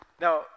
Now